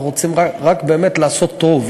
אנחנו רוצים רק באמת לעשות טוב,